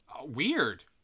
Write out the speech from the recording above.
weird